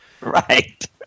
Right